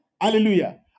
Hallelujah